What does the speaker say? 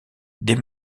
des